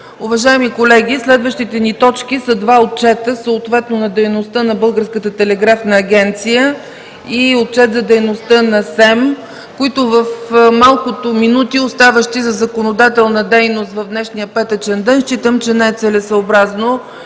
Уважаеми колеги, следващите ни точки са две – Отчет на Българската телеграфна агенция и Отчет за дейността на СЕМ. В малкото минути, оставащи за законодателна дейност в днешния петъчен ден, считам, че не е целесъобразно